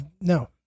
no